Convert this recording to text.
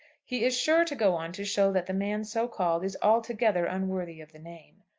he is sure to go on to show that the man so called is altogether unworthy of the name.